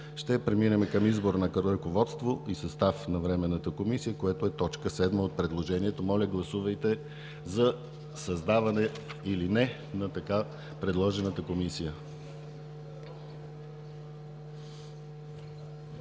ще преминем към избор на ръководство и състав на Временната комисия, което е т. 7 от предложението. Моля, гласувайте за създаване или не на така предложената Комисия.